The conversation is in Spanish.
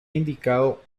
indicado